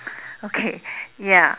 okay ya